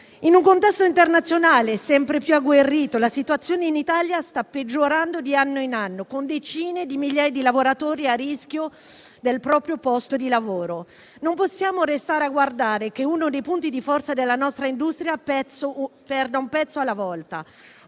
In un contesto internazionale sempre più agguerrito, la situazione in Italia sta peggiorando di anno in anno, con decine di migliaia di lavoratori che rischiano il proprio posto di lavoro. Non possiamo restare a guardare che uno dei punti di forza della nostra industria perda un pezzo alla volta.